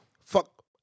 fuck